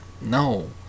no